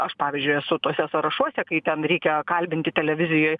aš pavyzdžiui esu tuose sąrašuose kai ten reikia kalbinti televizijoj